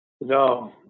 No